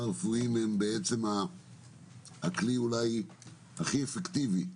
רפואיים הם בעצם הכלי אולי הכי אפקטיבי,